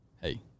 Hey